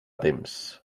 temps